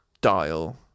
dial